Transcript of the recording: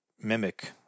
mimic